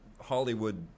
hollywood